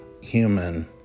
human